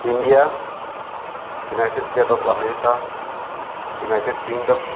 India united state of America united kingdom